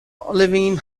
olivine